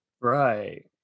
right